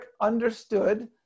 understood